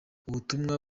ubutumwa